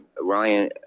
Ryan